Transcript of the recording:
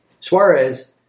Suarez